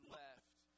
left